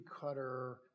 cutter